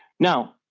now,